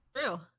True